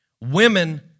women